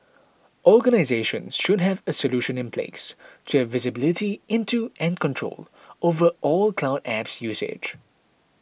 organisations should have a solution in place to have visibility into and control over all cloud apps usage